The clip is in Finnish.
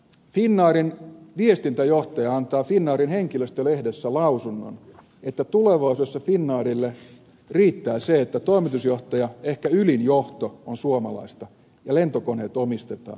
finnairin viestintäjohtaja antaa finnairin henkilöstölehdessä lausunnon että tulevaisuudessa finnairille riittää se että toimitusjohtaja ehkä ylin johto on suomalainen ja lentokoneet omistetaan